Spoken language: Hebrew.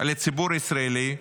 על הציבור הישראלי,